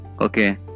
okay